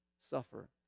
suffer